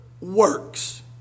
works